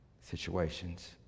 situations